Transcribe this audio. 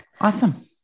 Awesome